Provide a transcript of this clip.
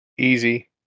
Easy